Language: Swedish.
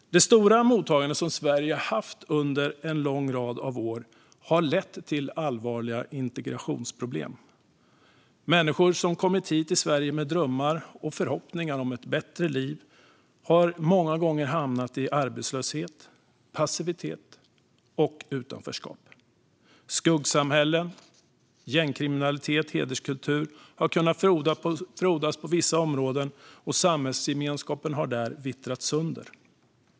Det stora mottagande som Sverige haft under en lång rad år har lett till allvarliga integrationsproblem. Människor som kommit hit till Sverige med drömmar och förhoppningar om ett bättre liv har många gånger hamnat i arbetslöshet, passivitet och utanförskap. Skuggsamhällen, gängkriminalitet och hederskultur har kunnat frodas i vissa områden, och samhällsgemenskapen har där vittrat sönder.